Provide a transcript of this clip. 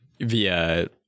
Via